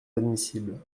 admissible